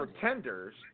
pretenders